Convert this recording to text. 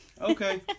Okay